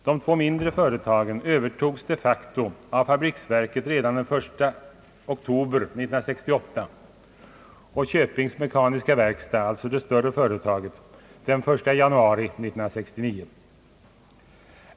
De två mindre företagen övertogs de facto av fabriksverket redan den 1 oktober 1968 och Köpings mekaniska verkstad — det större företaget — den 1 januari 1969.